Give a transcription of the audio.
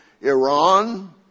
Iran